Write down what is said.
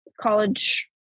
college